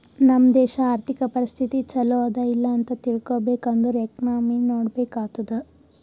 ನಮ್ ದೇಶಾ ಅರ್ಥಿಕ ಪರಿಸ್ಥಿತಿ ಛಲೋ ಅದಾ ಇಲ್ಲ ಅಂತ ತಿಳ್ಕೊಬೇಕ್ ಅಂದುರ್ ಎಕನಾಮಿನೆ ನೋಡ್ಬೇಕ್ ಆತ್ತುದ್